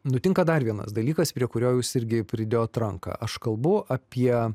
nutinka dar vienas dalykas prie kurio jūs irgi pridėjot ranką aš kalbu apie